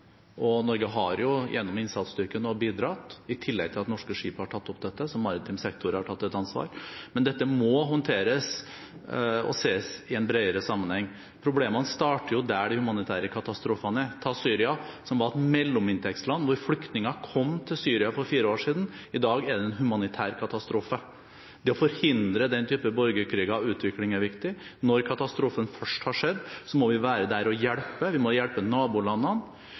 Norge har bidratt gjennom innsatsstyrken, i tillegg til at norske skip har tatt opp dette. Så maritim sektor har tatt ansvar. Men dette må håndteres og ses i en bredere sammenheng. Problemene starter jo der de humanitære katastrofene er. La meg nevne Syria, som var et mellominntektsland, og som flyktninger kom til for fire år siden. I dag er det en humanitær katastrofe. Det å forhindre den type borgerkriger og den type utvikling er viktig. Når katastrofen først har skjedd, må vi være der og hjelpe. Vi må hjelpe nabolandene.